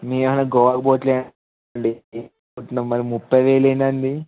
మేము ఏమైనా గోవాకి పోవట్లేదు అండి ముప్పై వేలు ఏమిటి అండి